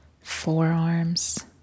forearms